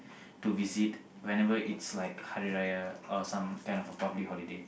to visit whenever it's like Hari Raya or some kind of a public holiday